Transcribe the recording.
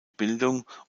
bildung